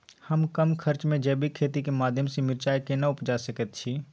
हम कम खर्च में जैविक खेती के माध्यम से मिर्चाय केना उपजा सकेत छी?